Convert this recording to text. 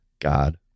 God